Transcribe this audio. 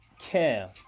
care